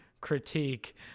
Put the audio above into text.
critique